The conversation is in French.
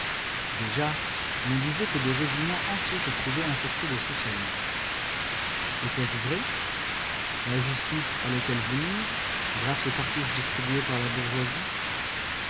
déjà l'on disait que des régiments entiers se trouvaient infectés de socialisme était-ce vrai la justice allait-elle venir grâce aux cartouches distribuées par la bourgeoisie